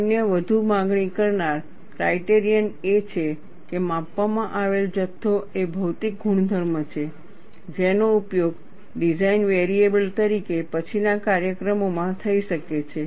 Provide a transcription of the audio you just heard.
અન્ય વધુ માગણી કરનાર ક્રાઇટેરિયન એ છે કે માપવામાં આવેલ જથ્થો એ ભૌતિક ગુણધર્મ છે જેનો ઉપયોગ ડિઝાઇન વેરીએબલ તરીકે પછીના કાર્યક્રમોમાં થઈ શકે છે